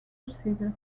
possibles